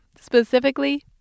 specifically